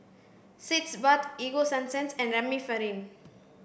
Sitz Bath Ego Sunsense and Remifemin